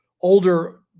older